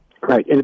Right